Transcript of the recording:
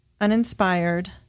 uninspired